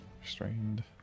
Restrained